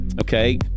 Okay